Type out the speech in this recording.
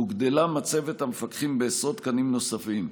הוגדלה מצבת המפקחים בעשרות תקנים נוספים.